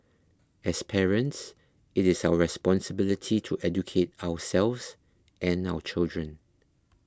as parents it is our responsibility to educate ourselves and our children